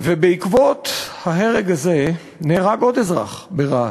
בעקבות ההרג הזה נהרג עוד אזרח ברהט.